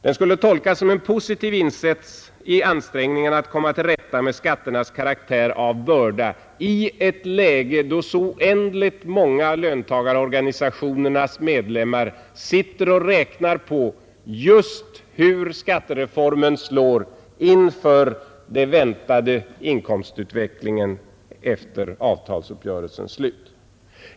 Den skulle tolkas som en positiv insats i ansträngningarna att komma till rätta med skatternas karaktär av börda i ett läge där så oändligt många av löntagarorganisationernas medlemmar sitter och räknar på just hur skattereformen slår inför den väntade inkomstutvecklingen efter avtalsuppgörelsen.